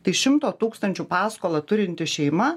tai šimto tūkstančių paskolą turinti šeima